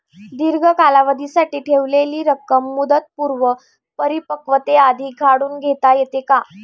दीर्घ कालावधीसाठी ठेवलेली रक्कम मुदतपूर्व परिपक्वतेआधी काढून घेता येते का?